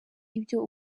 ibyo